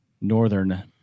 northern